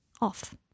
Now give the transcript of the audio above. off